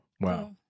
Wow